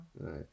Right